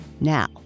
Now